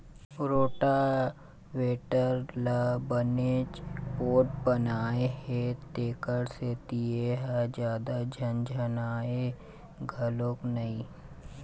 rotavator ल बनेच पोठ बनाए हे तेखर सेती ए ह जादा झनझनावय घलोक नई